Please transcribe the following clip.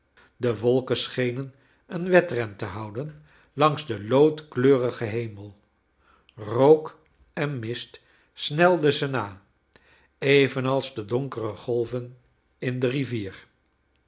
de wolken schenen een wedren te houden langs den loodkleurigen hemel rook en mist snelden ze na evenals de donkere golven in de rivier